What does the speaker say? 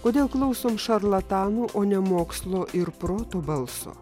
kodėl klausom šarlatanų o ne mokslo ir proto balso